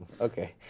Okay